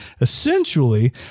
essentially